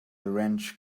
wrench